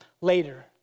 later